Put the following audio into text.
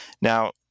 Now